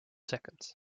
seconds